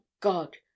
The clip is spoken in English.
god